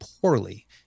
poorly